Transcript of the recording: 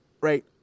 right